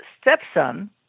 stepson